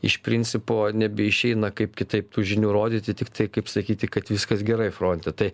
iš principo nebeišeina kaip kitaip tų žinių rodyti tiktai kaip sakyti kad viskas gerai fronte tai